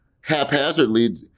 haphazardly